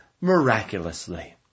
miraculously